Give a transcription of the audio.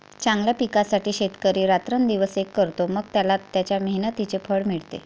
चांगल्या पिकासाठी शेतकरी रात्रंदिवस एक करतो, मग त्याला त्याच्या मेहनतीचे फळ मिळते